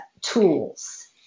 tools